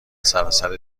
سراسر